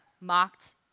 mocked